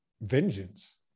vengeance